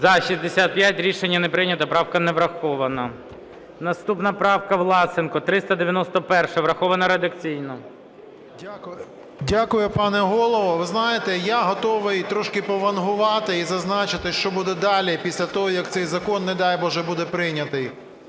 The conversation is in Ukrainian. Рішення не прийнято. Правка не врахована. Наступна правка, Власенко, 391-а. Врахована редакційно. 13:42:30 ВЛАСЕНКО С.В. Дякую, пане Голово. Ви знаєте, я готовий трошки повангувати і зазначити, що буде далі, після того, як цей закон, не дай боже, буде прийнятий.